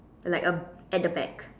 like a at the back